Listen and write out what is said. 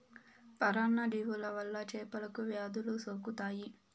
పరాన్న జీవుల వల్ల చేపలకు వ్యాధులు సోకుతాయి